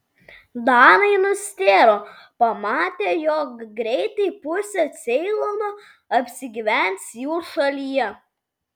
danai nustėro pamatę jog greitai pusė ceilono apsigyvens jų šalyje